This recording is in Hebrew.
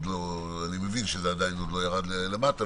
אני מבין שזה עדיין לא ירד למטה,